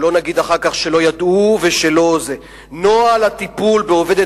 שלא נגיד אחר כך שלא ידעו: נוהל הטיפול בעובדת